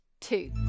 two